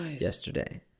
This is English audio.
yesterday